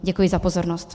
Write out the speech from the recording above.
Děkuji za pozornost.